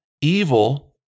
evil